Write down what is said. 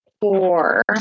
four